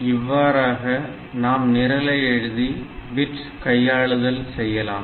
இவ்வாறாக நாம் நிரலை எழுதி பிட் கையாளுதல் செய்யலாம்